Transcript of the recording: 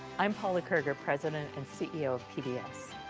i'm paula, president and ceo of pbs.